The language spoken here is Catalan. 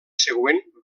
següent